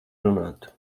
runāt